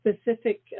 specific